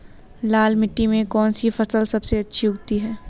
लाल मिट्टी में कौन सी फसल सबसे अच्छी उगती है?